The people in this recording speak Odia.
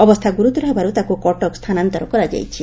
ଅବସ୍ଥା ଗୁରୁତର ହେବାରୁ ତାକୁ କଟକ ସ୍ଥାନାନ୍ତର କରାଯାଇଛି